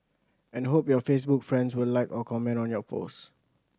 and hope your Facebook friends will like or comment on your post